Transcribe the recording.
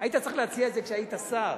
היית צריך להציע את זה כשהיית שר,